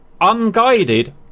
unguided